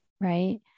right